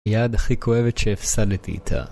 יד הכי כואבת שהפסדתי איתה.